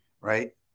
right